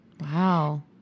Wow